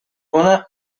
hona